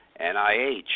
NIH